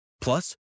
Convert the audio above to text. Plus